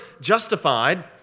justified